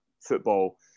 football